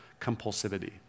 compulsivity